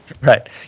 Right